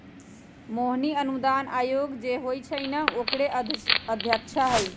मोहिनी अनुदान आयोग जे होई छई न ओकरे अध्यक्षा हई